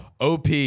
OP